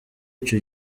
ico